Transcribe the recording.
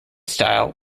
style